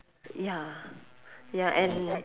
ya ya and